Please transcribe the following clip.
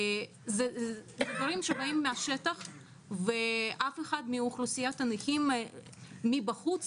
אלה דברים שבאים מהשטח ואף אחד מאוכלוסיית הנכים מבחוץ